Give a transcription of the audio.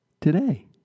today